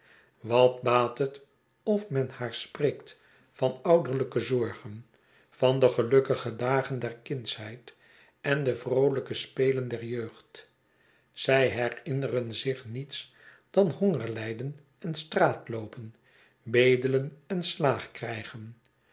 wat baat het of men haar spreekt van ouderlijke zorgen van de gelukkige dagen der kindsheid en de vroolijke spelen der jeugd zij herinneren zich niets dan hongerlijden en straatloopen bedelen en slaagkrijgen